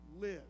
live